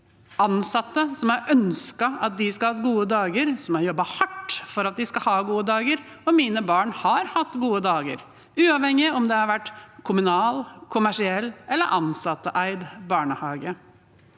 ansatte som har ønsket at de skal ha gode dager, som har jobbet hardt for at de skal ha gode dager, og mine barn har hatt gode dager, uavhengig av om det har vært kommunal, kommersiell eller ansatteid barnehage.